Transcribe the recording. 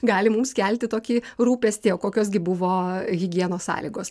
gali mums kelti tokį rūpestį o kokios gi buvo higienos sąlygos